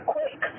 Quick